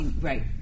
Right